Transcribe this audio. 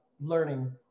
learning